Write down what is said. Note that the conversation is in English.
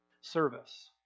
service